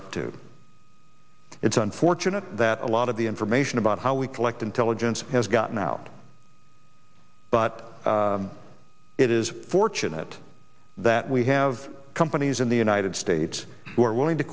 up to it's unfortunate that a lot of the information about how we collect intelligence has gotten out but it is fortunate that we have companies in the united states who are willing to